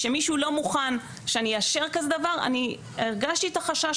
כשמישהו לא מוכן שאני אאשר כזה דבר אני הרגשתי את החשש